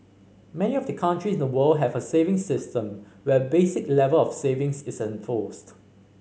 many of the countries in the world have a savings system where a basic level of savings is enforced